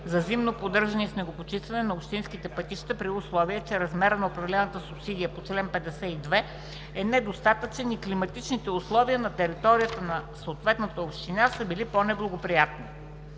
за зимно поддържане и снегопочистване на общинските пътища, при условие че размерът на определената субсидия по чл. 52 е недостатъчен и климатичните условия на територията на съответната община са били по-неблагоприятни.“